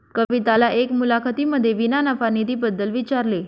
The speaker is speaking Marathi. कविताला एका मुलाखतीमध्ये विना नफा निधी बद्दल विचारले